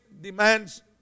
demands